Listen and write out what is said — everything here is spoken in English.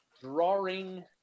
drawing